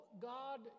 God